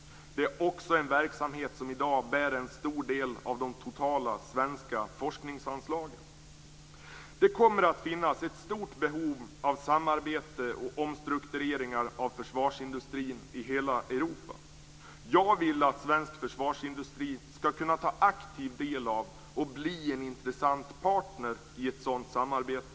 Det är också en verksamhet som i dag bär en stor del av de totala svenska forskningsanslagen. Det kommer att finnas ett stort behov av samarbete och omstruktureringar av försvarsindustrin i hela Europa. Jag vill att den svenska försvarsindustrin skall kunna ta aktiv del av och bli en intressant partner i ett sådant samarbete.